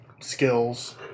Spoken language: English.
skills